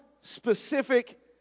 specific